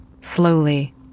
slowly